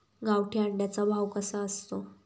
गावठी अंड्याचा भाव कसा असतो?